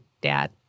dad